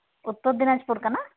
ᱩᱛᱛᱚᱨ ᱫᱤᱱᱟᱡᱽᱯᱩᱨ ᱠᱟᱱᱟ